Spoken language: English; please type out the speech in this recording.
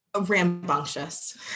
rambunctious